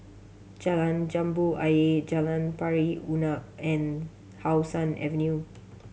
Jalan Jambu Ayer Jalan Pari Unak and How Sun Avenue